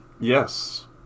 Yes